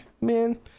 man